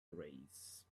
race